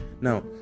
Now